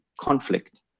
conflict